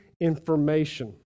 information